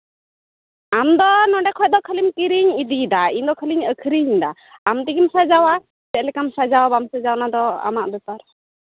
ᱟᱢᱫᱚ ᱱᱚᱸᱰᱮ ᱠᱷᱚᱡ ᱫᱚ ᱠᱷᱟᱹᱞᱤᱢ ᱠᱤᱨᱤᱧ ᱤᱫᱤᱭᱮᱫᱟ ᱤᱧᱫᱚ ᱠᱷᱟᱹᱞᱤᱧ ᱟᱹᱠᱷᱨᱤᱧᱫᱟ ᱟᱢ ᱛᱮᱜᱮᱢ ᱥᱟᱡᱟᱣᱟ ᱪᱮᱫ ᱞᱮᱠᱟᱢ ᱥᱟᱡᱟᱣᱟ ᱵᱟᱢ ᱥᱟᱡᱟᱣᱟ ᱚᱱᱟᱫᱚ ᱟᱢᱟᱜ ᱵᱮᱯᱟᱨ